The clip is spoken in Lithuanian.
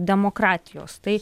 demokratijos tai